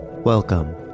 Welcome